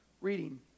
reading